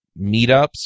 meetups